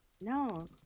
no